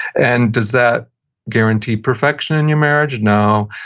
and does that guarantee perfection in your marriage? no.